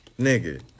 nigga